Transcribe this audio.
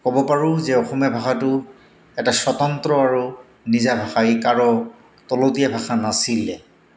ক'ব পাৰোঁ যে অসমীয়া ভাষাটো এটা স্বতন্ত্ৰ আৰু নিজা ভাষাই ই কাৰো তলতীয়া ভাষা নাছিলে